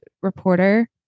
reporter